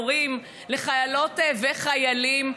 הורים לחיילות וחיילים,